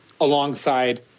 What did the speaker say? alongside